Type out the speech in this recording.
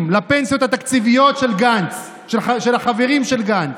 לפנסיות התקציביות של החברים של גנץ.